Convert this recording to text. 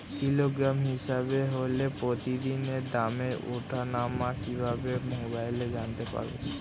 Kilogram হিসাবে হলে প্রতিদিনের দামের ওঠানামা কিভাবে মোবাইলে জানতে পারবো?